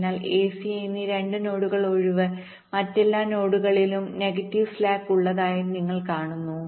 അതിനാൽ a c എന്നീ 2 നോഡുകൾ ഒഴികെ മറ്റെല്ലാ നോഡുകളിലും നെഗറ്റീവ് സ്ലാക്ക് ഉള്ളതായി നിങ്ങൾ കാണുന്നു